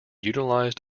utilized